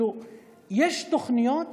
יש תוכניות,